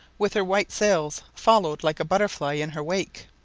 with her white sails, followed like a butterfly in her wake.